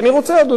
אדוני היושב-ראש,